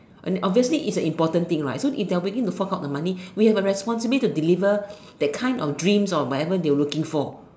obviously its an important thing right so if they are willing to fork out the money we have a responsibility to deliver the kind of dream or whatever they are looking for